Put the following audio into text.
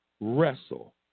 wrestle